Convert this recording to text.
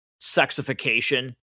sexification